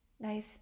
Nice